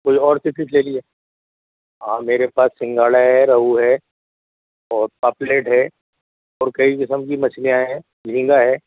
کوئی اور sea fish لے لیجیے ہاں میرے پاس سنگھاڑا ہے روہو ہے اور پاپلیٹ ہے اور کئی قسم کی مچھلیاں ہے جھینگا ہے